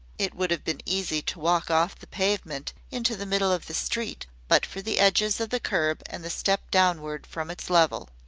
it would have been easy to walk off the pavement into the middle of the street but for the edges of the curb and the step downward from its level.